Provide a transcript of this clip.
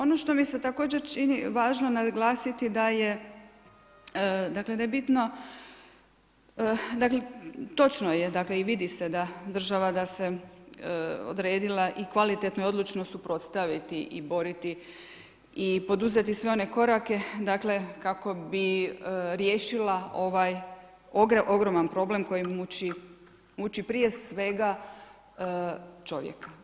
Ono što mi se također čini važno naglasiti da je, dakle da je bitno, dakle točno je, dakle i vidi se da država da se odredila i kvalitetno i odlučno suprotstaviti i boriti i poduzeti sve one korake, dakle kako bi riješila ovaj ogroman problem koji muči prije svega čovjeka.